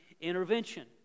intervention